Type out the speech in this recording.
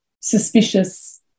suspicious